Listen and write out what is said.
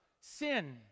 sin